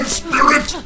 spirit